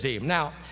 Now